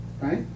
right